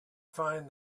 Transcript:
find